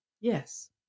Yes